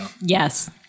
Yes